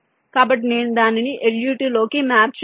కాబట్టి నేను దానిని LUT లోకి మ్యాప్ చేయగలను